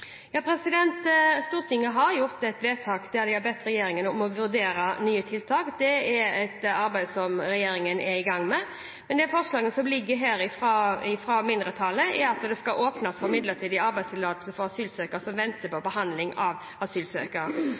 Stortinget har gjort et vedtak der man har bedt regjeringen om å vurdere nye tiltak. Det er et arbeid som regjeringen er i gang med, men den merknaden som ligger her fra et flertall, er at det skal åpnes for midlertidig arbeidstillatelse for asylsøkere som venter på behandling av